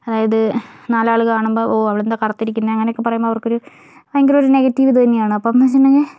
അതായത് നാലാളുകാണുമ്പോൾ ഓ അവളെന്താണ് കറുത്തിരിക്കുന്നത് അങ്ങനെയൊക്കെ പറയുമ്പോൾ അവർക്കൊരു ഭയങ്കരമൊരു നെഗറ്റീവ് ഇതുതന്നെയാണ് അപ്പം എന്നുവെച്ചിട്ടുണ്ടെങ്കിൽ